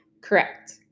Correct